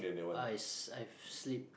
ice I've slipped